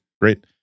Great